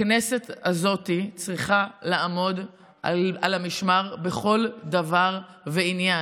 הכנסת הזאת צריכה לעמוד על המשמר בכל דבר ועניין.